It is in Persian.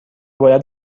باید